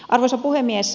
arvoisa puhemies